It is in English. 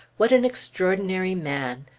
what an extraordinary man!